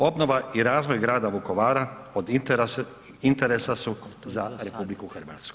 Obnova i razvoj grada Vukovara od interesa su za RH.